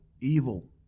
evil